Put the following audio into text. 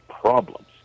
problems